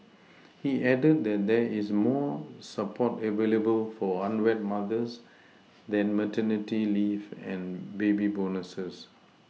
he added that there is more support available for unwed mothers than maternity leave and baby bonuses